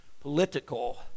political